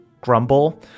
grumble